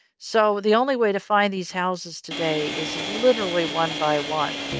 so the only way to find these houses today is literally one by one